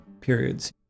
periods